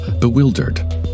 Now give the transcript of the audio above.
bewildered